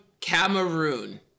Cameroon